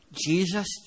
Jesus